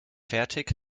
fertig